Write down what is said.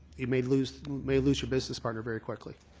you may lose may lose your business partner very quickly.